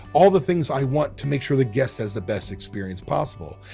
all the things i want to make sure the guest has the best experience possible.